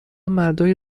مردای